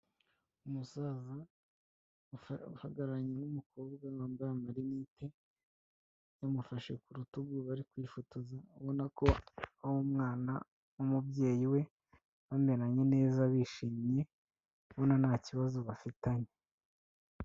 Umusaza uhagararanye n'umukobwa wambaye amarinete yamufashe ku rutugu bari kwifotoza, ubona ko ari umwana n'umubyeyi we bameranye neza bishimye, ubona nta kibazo bafitanye.